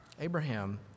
Abraham